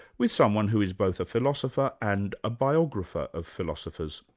with someone who is both a philosopher and a biographer of philosophers.